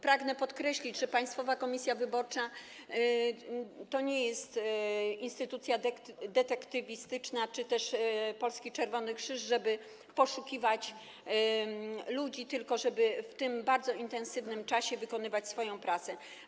Pragnę podkreślić, że Państwowa Komisja Wyborcza to nie jest instytucja detektywistyczna czy też Polski Czerwony Krzyż, żeby poszukiwać ludzi, tylko jest po to, żeby w tym bardzo intensywnym czasie wykonywać swoją pracę.